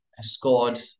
scored